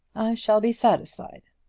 shall be satisfied.